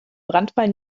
brandfall